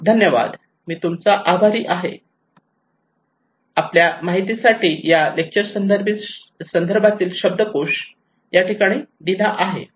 धन्यवाद मी तूमचा आभारी आहे